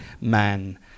man